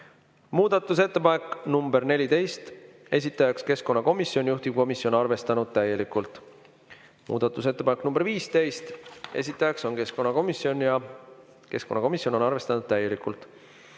Muudatusettepanek nr 14, esitajaks keskkonnakomisjon, juhtivkomisjon on arvestanud täielikult. Muudatusettepanek nr 15, esitajaks on keskkonnakomisjon ja juhtivkomisjon on arvestanud täielikult.